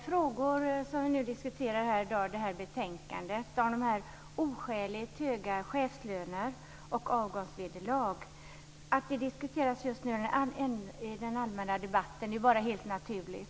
Fru talman! Frågor rörande oskäligt höga chefslöner och avgångsvederlag diskuteras just nu i den allmänna debatten, och detta är helt naturligt.